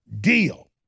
Deal